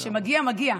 אז כשמגיע, מגיע.